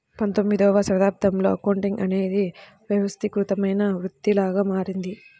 పంతొమ్మిదవ శతాబ్దంలో అకౌంటింగ్ అనేది వ్యవస్థీకృతమైన వృత్తిలాగా మారింది